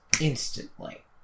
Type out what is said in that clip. instantly